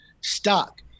stock